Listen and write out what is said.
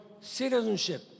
citizenship